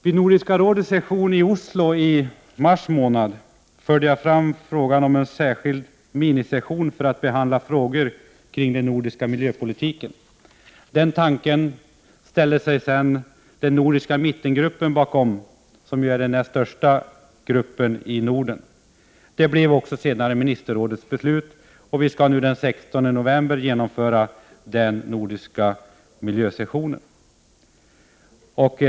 Vid Nordiska rådets session i Oslo i mars månad förde jag fram frågan om en särskild minisession för att behandla frågor kring den nordiska miljöpolitiken. Den tanken ställde sig sedan den nordiska mittengruppen bakom — det är den näst största gruppen i Norden. Det blev senare också ministerrådets beslut, och vi skall nu den 16 november genomföra den nordiska miljösessionen.